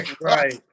Right